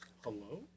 Hello